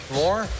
more